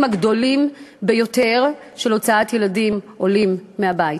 הגדולים ביותר של הוצאת ילדים עולים מהבית.